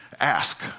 Ask